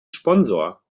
sponsor